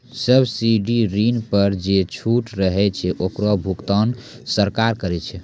subsidy ऋण पर जे छूट रहै छै ओकरो भुगतान सरकार करै छै